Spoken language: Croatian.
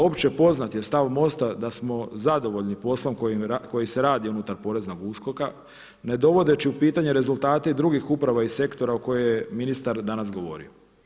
Opće poznat je stav MOST-a da smo zadovoljni poslom koji se radi unutar poreznog USKOK-a ne dovodeći u pitanje rezultate i drugih uprava i sektora o kojima je ministar danas govorio.